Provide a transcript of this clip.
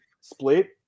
split